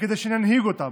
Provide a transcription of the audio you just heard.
וכדי שננהיג אותם.